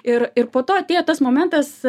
ir ir po to atėjo tas momentas